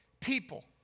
people